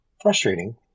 frustrating